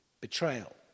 betrayal